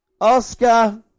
Oscar